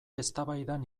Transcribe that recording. eztabaidan